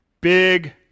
big